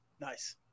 Nice